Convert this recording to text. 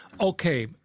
okay